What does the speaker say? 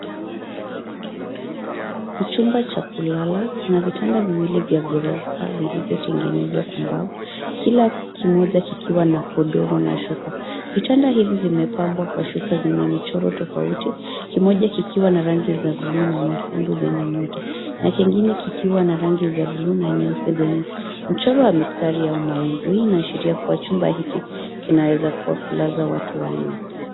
Ni chumba cha kulala kuna vitanda viwili vya gorofa vilivyotengenezwa kwa mbao; kila kimoja kikiwa na godoro na shuka. Vitanda hivi vimepambwa kwa shuka zenye michoro tofauti; kimoja kikiwa na rangi za buluu na nyekundu zenye nyota na kingine kikiwa na rangi za buluu na nyeupe zenye michoro ya mistari au mawingu. Hii inaashiria kuwa chumba hiki kinaweza kuwa cha kulaza watu wanne.